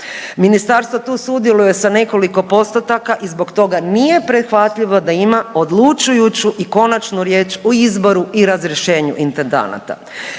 Ministarstvo tu sudjeluje sa nekoliko postotaka i zbog toga nije prihvatljivo da ima odlučujuću i konačnu riječ o izboru i razrješenju intendanata.